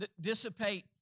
dissipate